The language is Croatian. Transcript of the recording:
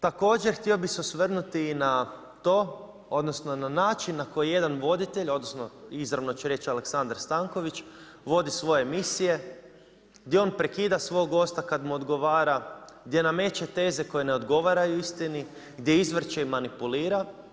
Također, htio bih se osvrnuti i na to, odnosno na način na koji je jedan voditelj, odnosno izravno ću reći Aleksandar Stanković vodi svoje emisije gdje on prekida svog gosta kada mu odgovara, gdje nameće teze koje ne odgovaraju istini, gdje izvrće i manipulira.